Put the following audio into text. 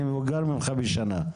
אני מבוגר ממך בשנה.